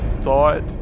thought